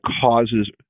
causes